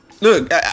look